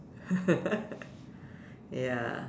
ya